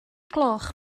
gloch